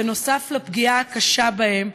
בנוסף לפגיעה הקשה בהם,